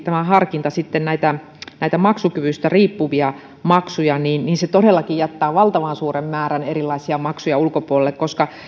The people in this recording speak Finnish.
tämä harkinta koskisi sitten näitä näitä maksukyvystä riippuvia maksuja todellakin jättää valtavan suuren määrän erilaisia maksuja ulkopuolelle koska